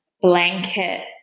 blanket